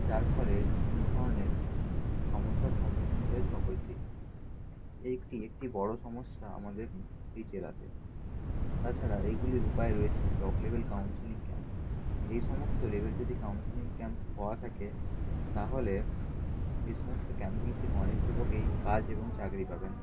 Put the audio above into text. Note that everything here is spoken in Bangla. যার ফলে বিভিন্ন ধরনের সমস্যার সম্মুখীন হতে হয় সকলকেই এ একটি একটি বড়ো সমস্যা আমাদের এই জেলাতে তাছাড়া এইগুলির উপায় রয়েছে ব্লক লেভেল কাউন্সিলিং ক্যাম্প এই সমস্ত লেভেল যদি কাউন্সিলিং ক্যাম্প হওয়া থাকে তাহলে এই সমস্ত ক্যাম্পগুলি থেকে অনেক যুবক এই কাজ এবং চাকরি পাবেন